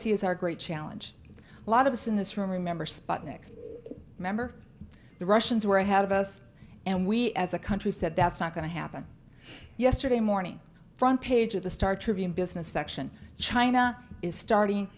see as our great challenge a lot of us in this room remember sputnik remember the russians were ahead of us and we as a country said that's not going to happen yesterday morning front page of the star tribune business section china is starting